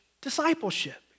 discipleship